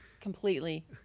completely